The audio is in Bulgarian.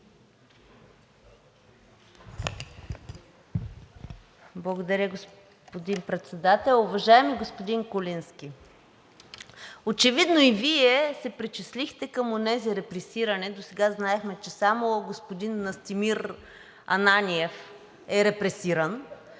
Благодаря, господин Председател. Уважаеми господин Куленски, очевидно и Вие се причислихте към онези репресирани, досега знаехме, че само господин Настимир Ананиев е репресиран,